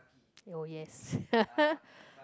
oh yes